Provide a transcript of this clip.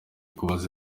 kujya